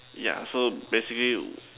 yeah so basically